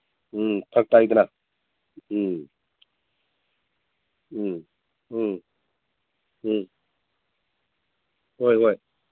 ꯎꯝ ꯐꯔꯛ ꯇꯥꯏꯗꯅ ꯎꯝ ꯎꯝ ꯎꯝ ꯎꯝ ꯍꯣꯏ ꯍꯣꯏ